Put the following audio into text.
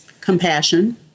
Compassion